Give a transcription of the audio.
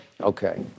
Okay